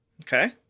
Okay